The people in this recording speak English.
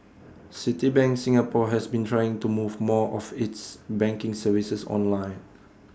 Citibank Singapore has been trying to move more of its banking services online